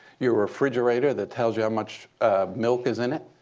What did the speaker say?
your refrigerator that tells you how much milk is in it.